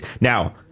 Now